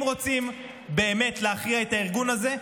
אם רוצים באמת להכריע את הארגון הזה,